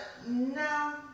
No